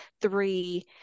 three